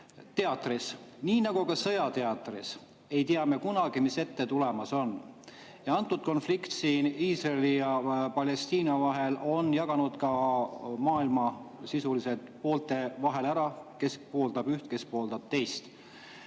Teatris, nii nagu ka sõjateatris ei tea me kunagi ette, mis tulemas on. Antud konflikt Iisraeli ja Palestiina vahel on jaganud maailma sisuliselt poolte vahel ära: kes pooldab üht, kes pooldab teist.